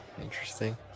Interesting